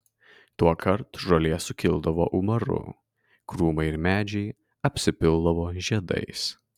tuokart žolė sukildavo umaru krūmai ir medžiai apsipildavo žiedais